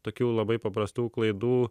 tokių labai paprastų klaidų